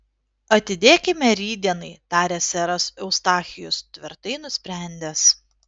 atidėkime rytdienai tarė seras eustachijus tvirtai nusprendęs